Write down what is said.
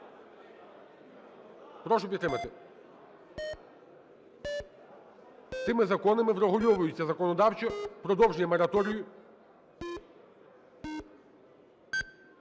Прошу підтримати. Цими законами врегульовується законодавчо продовження мораторію.